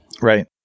Right